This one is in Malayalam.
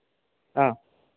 ആ